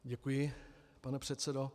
Děkuji, pane předsedo.